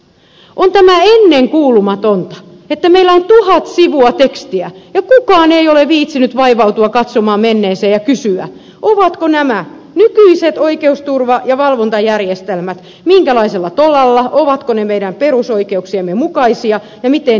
on tämä ennenkuulumatonta että meillä on tuhat sivua tekstiä ja kukaan ei ole viitsinyt vaivautua katsomaan menneeseen ja kysymään minkälaisella tolalla ovat nämä nykyiset oikeusturva ja valvontajärjestelmät ovatko ne meidän perusoikeuksiemme mukaisia ja miten edetään